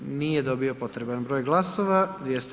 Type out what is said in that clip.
Nije dobio potreban broj glasova.